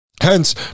Hence